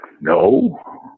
no